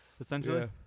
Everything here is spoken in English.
Essentially